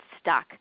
stuck